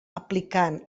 aplicant